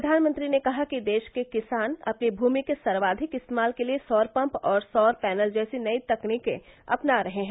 प्रधानमंत्री ने कहा कि देश के किसान अपनी भूमि के सर्वाधिक इस्तेमाल के लिए सौर पम्प और सौर पैनल जैसी नई तकनीकें अपना रहे हैं